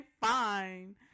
fine